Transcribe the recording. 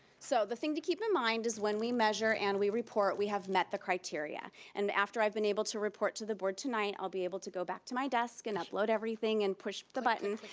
so the thing to keep in mind is when we measure and we report, we have met the criteria, and after i've been able to report to the board tonight, i'll be able to go back to my desk, and upload everything and push the button,